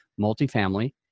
multifamily